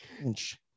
inch